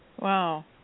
Wow